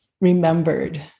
remembered